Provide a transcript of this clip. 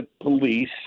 police